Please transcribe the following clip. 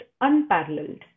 unparalleled